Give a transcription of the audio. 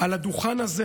על הדוכן הזה